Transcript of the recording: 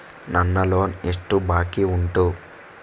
ನನ್ನ ಲೋನ್ ಎಷ್ಟು ಬಾಕಿ ಉಂಟು?